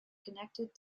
connected